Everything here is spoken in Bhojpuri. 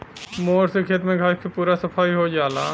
मोवर से खेत में घास के पूरा सफाई हो जाला